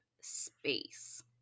space